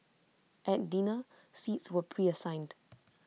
at dinner seats were preassigned